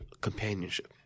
companionship